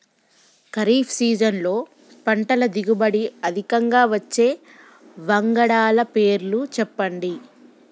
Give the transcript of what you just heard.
ఖరీఫ్ సీజన్లో పంటల దిగుబడి అధికంగా వచ్చే వంగడాల పేర్లు చెప్పండి?